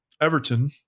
Everton